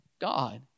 God